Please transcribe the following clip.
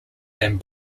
than